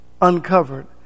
uncovered